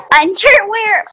underwear